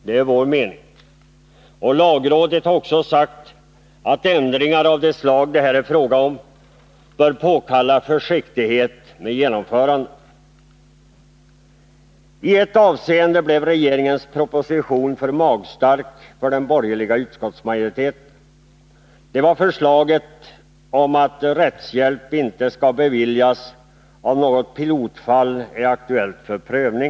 Det är vår mening. Och lagrådet har också sagt att ändringar av det slag det här är fråga om bör påkalla försiktighet vid genomförandet. I ett avseende blev regeringens proposition för magstark för den borgerliga utskottsmajoriteten. Det var förslaget att rättshjälp inte skall beviljas, om något ”pilotfall” är aktuellt för prövning.